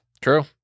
True